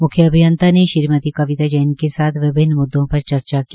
मुख्य अभियंता कविता जैन के साथ विभिन्न मुद्दों पर चर्चा की